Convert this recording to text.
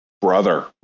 brother